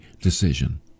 decision